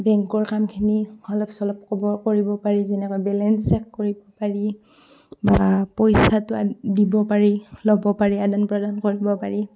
বেংকৰ কামখিনি অলপ চলপ খবৰ কৰিব পাৰি যেনেকৈ বেলেঞ্চ চেক কৰিব পাৰি বা পইচাটো দিব পাৰি ল'ব পাৰি আদান প্ৰদান কৰিব পাৰি